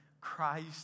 Christ